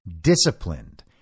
disciplined